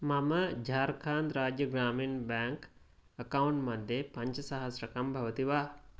मम Jharkhand Rajya Gramin bank account मध्ये पञ्चसहस्रकं भवति वा